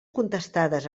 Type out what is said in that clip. contestades